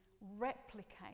replicate